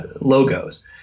logos